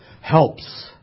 helps